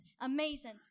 amazing